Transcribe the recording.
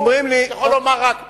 הוא יכול לומר רק פה.